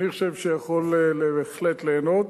אני חושב שיכול בהחלט ליהנות.